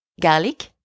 Garlic